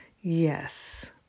Yes